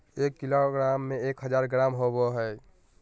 एक किलोग्राम में एक हजार ग्राम होबो हइ